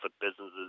businesses